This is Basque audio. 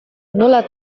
nola